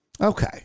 Okay